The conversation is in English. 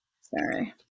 Sorry